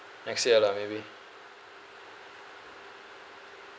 next year lah maybe